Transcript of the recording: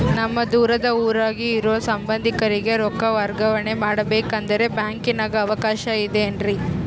ನಮ್ಮ ದೂರದ ಊರಾಗ ಇರೋ ಸಂಬಂಧಿಕರಿಗೆ ರೊಕ್ಕ ವರ್ಗಾವಣೆ ಮಾಡಬೇಕೆಂದರೆ ಬ್ಯಾಂಕಿನಾಗೆ ಅವಕಾಶ ಐತೇನ್ರಿ?